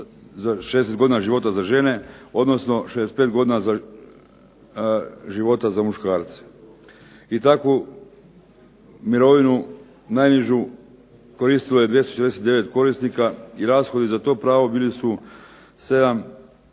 60 godina života za žene, odnosno 65 godina života za muškarce. I takvu mirovinu najnižu koristilo je 249 korisnika i rashodi za to pravo bili su 7 milijuna